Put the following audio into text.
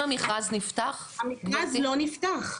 המכרז לא נפתח.